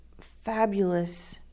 fabulous